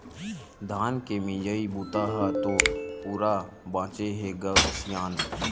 धान के मिजई बूता ह तो पूरा बाचे हे ग सियान